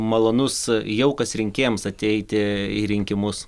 malonus jaukas rinkėjams ateiti į rinkimus